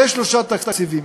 זה שלושה תקציבים.